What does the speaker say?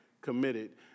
committed